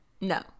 no